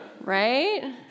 Right